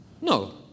No